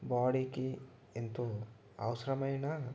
బాడీకి ఎంతో అవసరమైన